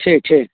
ठीक ठीक